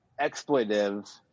exploitive